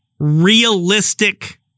realistic